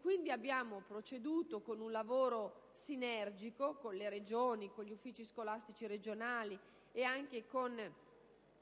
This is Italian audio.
quindi proceduto con un lavoro sinergico con le Regioni, con gli uffici scolastici regionali e anche con